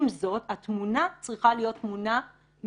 עם זאת, התמונה צריכה להיות תמונה מלאה,